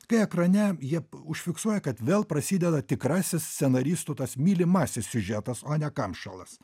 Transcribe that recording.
kai ekrane jie užfiksuoja kad vėl prasideda tikrasis scenaristų tas mylimasis siužetas o ne kamšalas